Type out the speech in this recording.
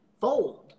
fold